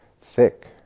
thick